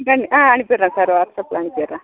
ஆ அனுப்பிவிடுறேன் சார் வாட்ஸ்அப்பில் அனுப்பிவிடுறேன்